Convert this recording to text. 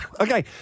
Okay